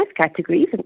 categories